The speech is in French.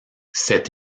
cet